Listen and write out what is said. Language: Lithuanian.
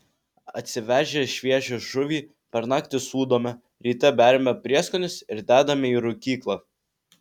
atsivežę šviežią žuvį per naktį sūdome ryte beriame prieskonius ir dedame į rūkyklą